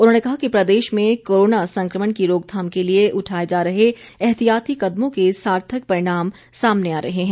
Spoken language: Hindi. उन्होंने कहा कि प्रदेश में कोरोना संक्रमण की रोकथाम के लिए उठाए जा रहे एहतियाती कदमों के सार्थक परिणाम सामने आ रहे हैं